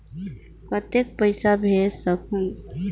कतेक पइसा भेज सकहुं?